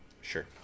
Sure